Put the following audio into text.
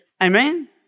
amen